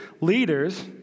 leaders